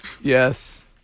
Yes